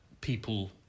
people